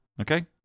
Okay